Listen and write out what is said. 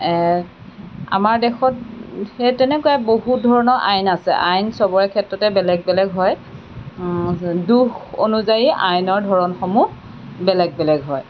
আমাৰ দেশত সেই তেনেকুৱাই বহু ধৰণৰ আইন আছে আইন চবৰে ক্ষেত্ৰতে বেলেগ বেলেগ হয় দোষ অনুযায়ী আইনৰ ধৰণসমূহ বেলেগ বেলেগ হয়